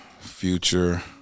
future